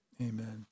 amen